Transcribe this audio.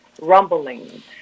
Rumbling